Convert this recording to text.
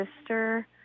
sister